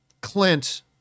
Clint